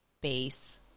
base